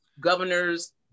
governors